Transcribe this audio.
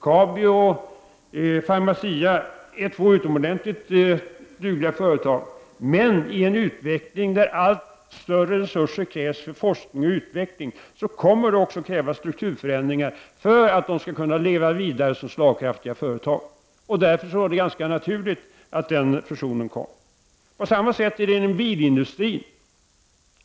Kabi och Pharmacia är två utomordentligt dugliga företag. Men i en situation då allt större resurser krävs för forskning och utveckling kommer även strukturförändringar att krävas för att dessa företag skall kunna leva vidare som slagkraftiga företag. Därför var den fusionen ganska naturlig. På samma sätt är det inom bilindustrin.